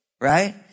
right